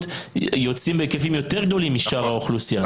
יוצאים בהיקפים יותר גדולים משאר האוכלוסייה.